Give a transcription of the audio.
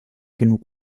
genug